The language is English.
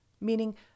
Meaning